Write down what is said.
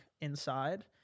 inside